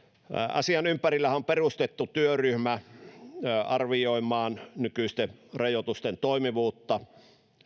asian ympärillehän on perustettu työryhmä arvioimaan nykyisten rajoitusten toimivuutta